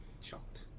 shocked